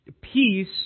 peace